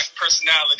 personality